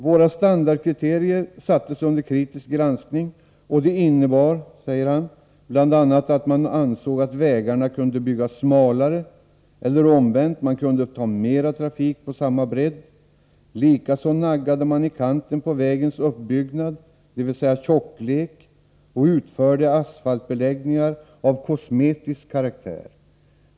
Våra standardkriterier sattes under kritisk granskning och det innebar bl.a. att man ansåg att vägarna kunde byggas smalare, eller omvänt, man kunde ta mer trafik på samma bredd. Likaså naggade man i kanten på vägens uppbyggnad, dvs. tjocklek, och utförde asfaltbeläggningar av kosmetisk karaktär.